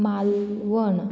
Malvan